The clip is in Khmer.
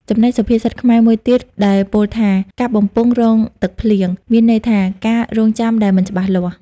ចំណែកសុភាសិតខ្មែរមួយទៀតដែលពោលថា" កាប់បំពង់រង់ទឹកភ្លៀង"មានន័យថាការរង់ចាំដែលមិនច្បាស់លាស់ ។